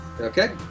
Okay